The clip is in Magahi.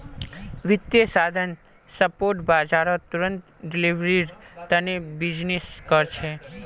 वित्तीय साधन स्पॉट बाजारत तुरंत डिलीवरीर तने बीजनिस् कर छे